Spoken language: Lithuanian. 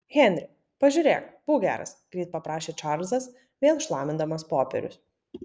henri pažiūrėk būk geras greit paprašė čarlzas vėl šlamindamas popierius